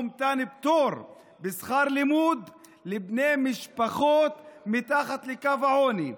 שנותן פטור בשכר לימוד לבני משפחות מתחת לקו העוני.